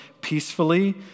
peacefully